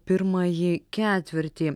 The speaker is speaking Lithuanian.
pirmąjį ketvirtį